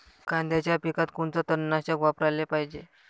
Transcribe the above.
कांद्याच्या पिकात कोनचं तननाशक वापराले पायजे?